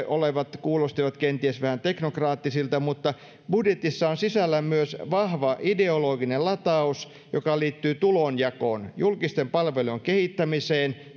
olevat kuulostivat kenties vähän teknokraattisilta mutta budjetissa on sisällä myös vahva ideologinen lataus joka liittyy tulonjakoon julkisten palvelujen kehittämiseen